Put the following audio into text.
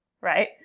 right